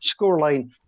Scoreline